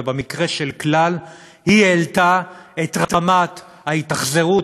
במקרה של "כלל" היא העלתה את רמת ההתאכזרות